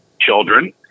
children